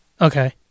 Okay